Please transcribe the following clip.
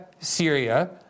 Syria